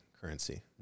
currency